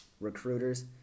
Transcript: recruiters